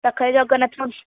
ପାଖରେ ଜଗନ୍ନାଥ